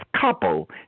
couple